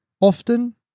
often